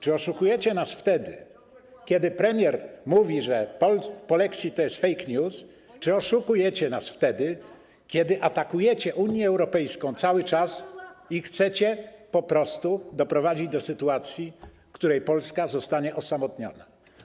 Czy oszukujecie nas wtedy, kiedy premier mówi, że polexit to jest fake news, czy oszukujecie nas wtedy, kiedy atakujecie Unię Europejską cały czas i chcecie po prostu doprowadzić do sytuacji, w której Polska zostanie osamotniona?